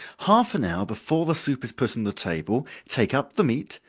half an hour before the soup is put on the table, take up the meat,